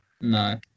No